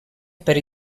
per